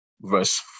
verse